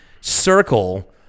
circle